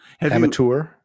Amateur